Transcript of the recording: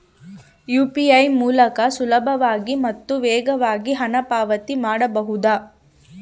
UPI ಮೂಲಕ ಸುಲಭವಾಗಿ ಮತ್ತು ವೇಗವಾಗಿ ಹಣ ಪಾವತಿ ಮಾಡಬಹುದಾ?